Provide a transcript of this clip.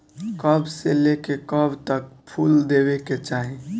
कब से लेके कब तक फुल देवे के चाही?